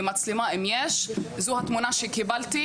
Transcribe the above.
זו התמונה שקיבלתי,